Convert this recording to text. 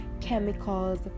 chemicals